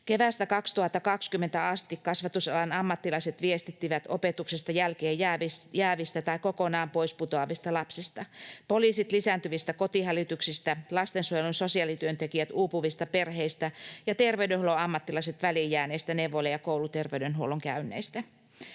Keväästä 2020 asti kasvatusalan ammattilaiset viestittivät opetuksesta jälkeen jäävistä tai kokonaan pois putoavista lapsista, poliisit lisääntyvistä kotihälytyksistä, lastensuojelun sosiaalityöntekijät uupuvista perheistä ja terveydenhuollon ammattilaiset väliin jääneistä neuvola- ja kouluterveydenhuollon käynneistä.